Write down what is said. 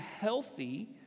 healthy